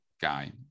guy